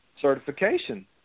certification